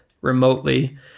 remotely